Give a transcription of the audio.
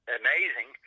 amazing